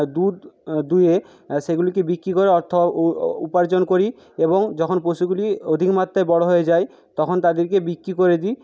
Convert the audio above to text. দুধ দুইয়ে সেগুলিকে বিক্রি করে অর্থ উপার্জন করি এবং যখন পশুগুলি অধিকমাত্রায় বড়ো হয়ে যায় তখন তাদেরকে বিক্রি করে দিই